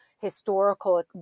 historical